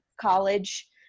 college